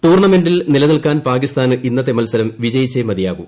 ടൂർണമെന്റിൽ നിലനിൽക്കാൻ പാകിസ്ഥാന് ഇന്നത്തെ മത്സരം വിജയിച്ചേ മതിയാകൂ